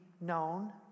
known